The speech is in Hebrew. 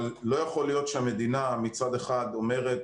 לא יכול להיות שהמדינה מצד אחד אומרת